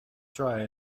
try